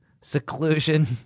Seclusion